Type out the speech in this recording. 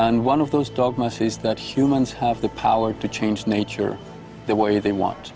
and one of those dogmas is that humans have the power to change nature the way they want